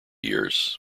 years